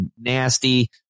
nasty